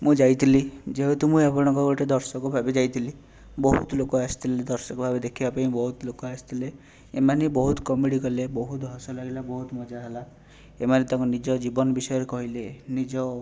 ମୁଁ ଯାଇଥିଲି ଯେହେତୁ ମୁଁ ଆପଣଙ୍କ ଗୋଟେ ଦର୍ଶକ ଭାବେ ଯାଇଥିଲି ବହୁତ ଲୋକ ଆସିଥିଲେ ଦର୍ଶକ ଭାବେ ଦେଖିବାପାଇଁ ବହୁତ ଲୋକ ଆସିଥିଲେ ଏମାନେ ବହୁତ କମେଡ଼ି କଲେ ବହୁତ ହସ ଲାଗିଲା ବହୁତ ମଜା ହେଲା ଏମାନେ ତାଙ୍କ ନିଜ ଜୀବନ ବିଷୟରେ କହିଲେ ନିଜ